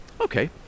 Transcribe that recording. Okay